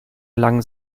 lang